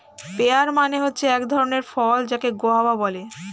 pair মানে হচ্ছে এক ধরণের ফল যাকে গোয়াভা বলে